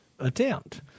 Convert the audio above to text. Attempt